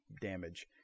damage